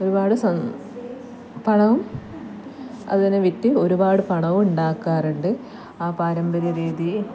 ഒരുപാട് സം പണവും അതിനെ വിറ്റ് ഒരുപാട് പണവും ഉണ്ടാക്കാറുണ്ട് ആ പാരമ്പര്യ രീതി